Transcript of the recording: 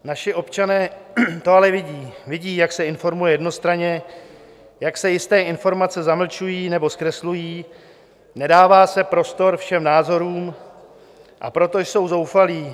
Naši občané to ale vidí, vidí, jak se informuje jednostranně, jak se jisté informace zamlčují nebo zkreslují, nedává se prostor všem názorům, a proto jsou zoufalí.